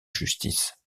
justice